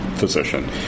physician